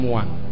one